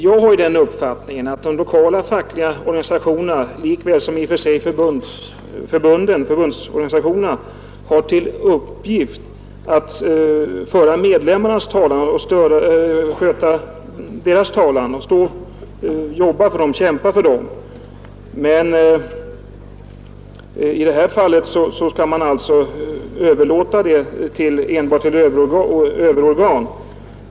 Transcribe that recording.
Jag har ju den uppfattningen att de lokala fackliga organisationerna lika väl som förbundsorganisationerna har till uppgift att föra medlemmarnas talan och kämpa för dem. Men i det här fallet skall man alltså överlåta det enbart till överorgan.